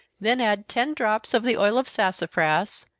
then add ten drops of the oil of sassafras,